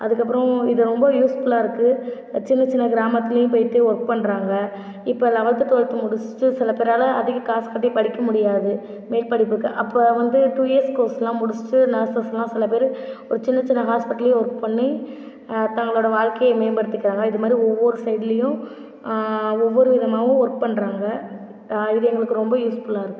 அதுக்கப்புறோம் இது ரொம்ப யூஸ்ஃபுல்லாக இருக்குது சின்ன சின்ன கிராமத்திலியும் போயிட்டு ஒர்க் பண்ணுறாங்க இப்போ லவல்த் டுவெல்த் முடுச்ட்டு சில பேரால் அதிக காசு கட்டி படிக்க முடியாது மேற்படிப்புக்கு அப்போ வந்து டூ இயர்ஸ் கோர்ஸெலாம் முடுச்ட்டு நர்ஸஸ்லாம் சில பேர் ஒரு சின்ன சின்ன ஹாஸ்ப்பிட்டல்யும் ஒர்க் பண்ணி தங்களோடய வாழ்க்கையை மேம்படுத்திக்கிறாங்க இதுமாதிரி ஒவ்வொரு சைடுலையும் ஒவ்வொரு விதமாகவும் ஒர்க் பண்ணுறாங்க இது எங்களுக்கு ரொம்ப யூஸ்ஃபுல்லாக இருக்குது